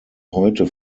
heute